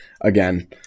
again